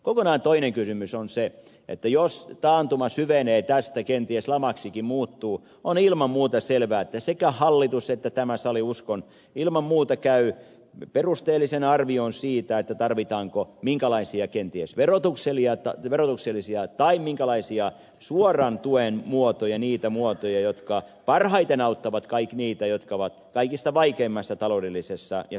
kokonaan toinen kysymys on se että jos taantuma syvenee tästä kenties lamaksikin muuttuu on ilman muuta selvää että sekä hallitus että tämä sali uskon käy perusteellisen arvion siitä tarvitaanko kenties verotuksellisia tai suoran tuen muotoja niitä muotoja jotka parhaiten auttavat niitä jotka ovat kaikista vaikeimmassa taloudellisessa ja sosiaalisessa tilanteessa